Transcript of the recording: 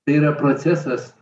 tai yra procesas